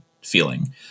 feeling